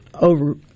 over